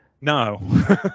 no